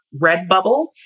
Redbubble